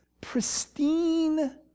pristine